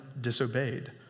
disobeyed